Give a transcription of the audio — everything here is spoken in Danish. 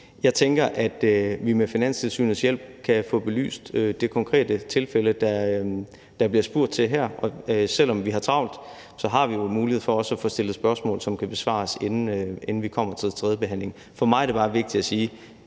Jeg tænker, at vi med Finanstilsynets hjælp kan få belyst det konkrete tilfælde, der bliver spurgt til her, og selv om vi har travlt, er der jo mulighed for også at få stillet spørgsmål, som kan besvares, inden vi kommer til tredjebehandlingen. For mig er det bare vigtigt at sige,